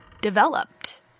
developed